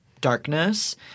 darkness